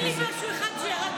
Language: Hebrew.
תן לי משהו אחד שירד בסופר.